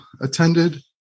attended